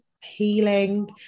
healing